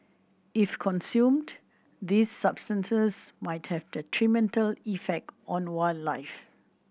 if consumed these substances might have detrimental effect on wildlife